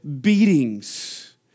beatings